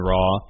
Raw